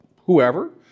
whoever